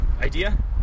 idea